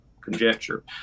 conjecture